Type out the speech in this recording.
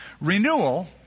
renewal